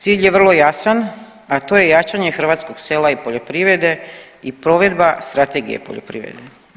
Cilj je vro jasan a to je jačanje hrvatskog sela i poljoprivrede i provedba Strategije poljoprivrede.